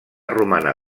romana